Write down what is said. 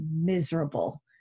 miserable